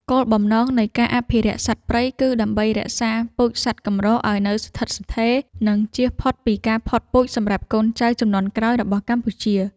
គោលបំណងនៃការអភិរក្សសត្វព្រៃគឺដើម្បីរក្សាពូជសត្វកម្រឱ្យនៅស្ថិតស្ថេរ និងជៀសផុតពីការផុតពូជសម្រាប់កូនចៅជំនាន់ក្រោយរបស់កម្ពុជា។